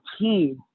team